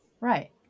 Right